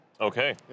Okay